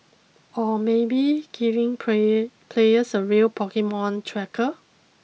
or maybe giving players a real Pokemon tracker